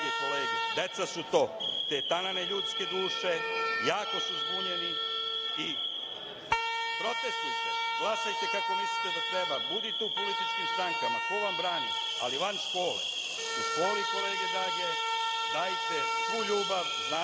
drage kolege. Deca su to, te tanane ljudske duše, jako su zbunjeni. Protestujte, glasajte kako treba, budite u političkim strankama, ko vam brani, ali van škole. U školi dajte svu ljubav, znanje,